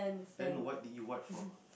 then what did he what for